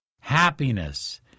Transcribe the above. happiness